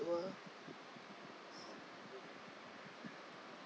world